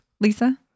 lisa